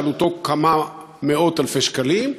שעלותו כמה מאות אלפי שקלים,